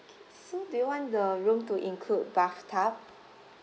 K so do you want the room to include bathtub